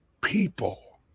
people